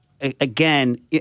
again